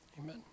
Amen